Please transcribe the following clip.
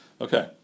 Okay